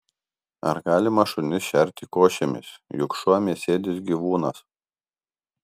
ar galima šunis šerti košėmis juk šuo mėsėdis gyvūnas